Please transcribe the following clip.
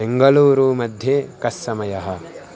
बेङ्गलूरु मध्ये कस्समयः